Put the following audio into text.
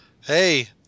hey